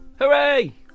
Hooray